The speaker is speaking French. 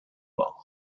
morts